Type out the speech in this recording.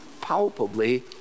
palpably